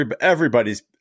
Everybody's